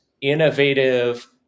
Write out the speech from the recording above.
innovative